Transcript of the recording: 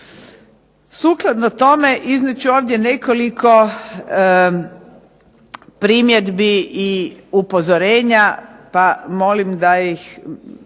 Sukladno tome iznijet ću ovdje nekoliko primjedbi i upozorenja pa molim da ih